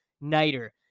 nighter